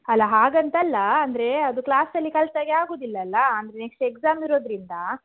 ಅಲ್ಲ ಹಾಗಂತಲ್ಲ ಅಂದರೆ ಅದು ಕ್ಲಾಸಲ್ಲಿ ಕಲ್ತಾಗೆ ಆಗುದಿಲ್ಲಲ್ಲ ಅಂದರೆ ನೆಕ್ಸ್ಟ್ ಎಕ್ಸಾಮ್ ಇರೋದರಿಂದ